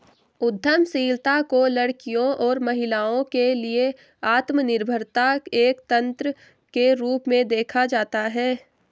उद्यमशीलता को लड़कियों और महिलाओं के लिए आत्मनिर्भरता एक तंत्र के रूप में देखा जाता है